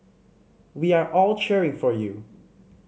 we are all cheering for you